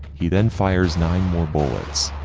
he then fires nine more bullets,